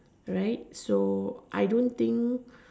right so I don't think